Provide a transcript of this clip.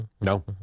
no